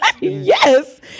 yes